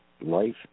Life